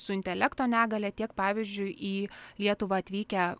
su intelekto negalia tiek pavyzdžiui į lietuvą atvykę